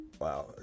Wow